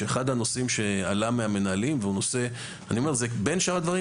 אחד הנושאים שעלה מהמנהלים אני אומר: בין שאר הדברים,